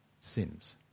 sins